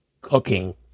cooking